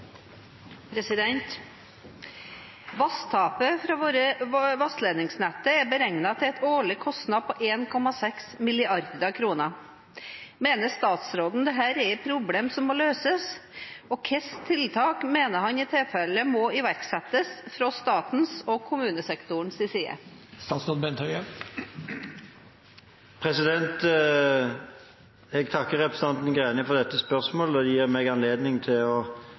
vedkommende. «Vanntapet fra våre vannledningsnett er beregnet til en årlig kostnad på 1,6 mrd. kroner. Mener statsråden dette er et problem som må løses, og hvilke tiltak mener han i tilfelle må iverksettes fra statens og kommunesektorens side?» Jeg takker representanten Greni for dette spørsmålet, som gir meg anledning til å